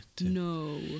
No